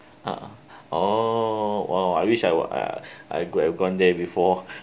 uh !huh! oh !wow! I wish I were I I could have gone there before